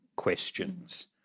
questions